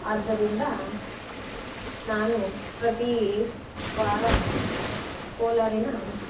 ಆದ್ದರಿಂದ ನಾನು ಪ್ರತಿ ವಾರ ಕೋಲಾರಿನ